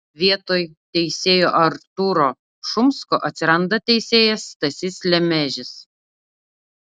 vietoj teisėjo artūro šumsko atsiranda teisėjas stasys lemežis